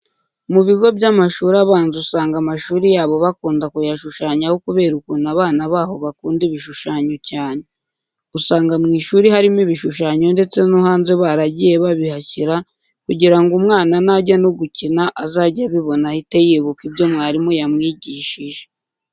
Mu bigo by'amashuri abanza usanga amashuri yabo bakunda kuyashushanyaho kubera ukuntu abana baho bakumda ibnishushanyo cyane. Usanga mu ishuri harimo ibishushanyo ndetse no hanze baragiye babihashyira kugira ngo umwana najya no gukina azajye abibona ahite yibuka ibyo mwarimu yamwigishije.